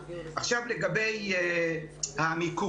עכשיו לגבי המיקוד.